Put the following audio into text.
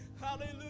Hallelujah